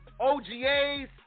OGA's